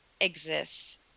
exists